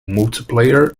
multiplayer